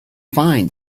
find